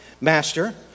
Master